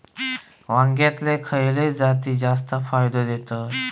वांग्यातले खयले जाती जास्त फायदो देतत?